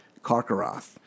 Karkaroth